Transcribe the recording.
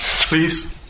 Please